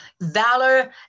valor